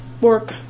work